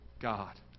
god